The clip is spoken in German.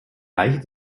leiche